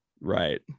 right